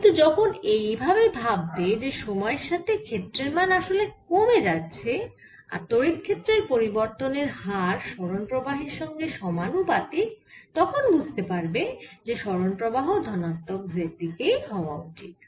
কিন্তু যখন এই ভাবে ভাববে যে সময়ের সাথে ক্ষেত্রের মান আসলে কমে যাচ্ছে আর তড়িৎ ক্ষেত্রের পরিবর্তনের হার সরণ প্রবাহের সঙ্গে সমানুপাতিক তখন বুঝতে পারবে যে সরণ প্রবাহ ধনাত্মক z দিকেই হওয়া উচিত